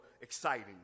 exciting